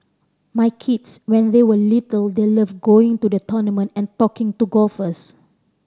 my kids when they were little they loved going to the tournament and talking to golfers